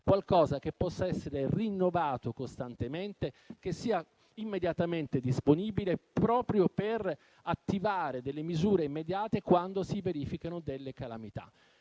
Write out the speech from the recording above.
qualcosa che possa essere rinnovato costantemente e che sia immediatamente disponibile, proprio per attivare misure immediate quando si verificano calamità.